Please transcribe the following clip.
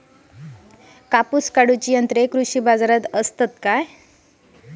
कापूस काढण्याची यंत्रे कृषी बाजारात असतील का?